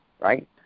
right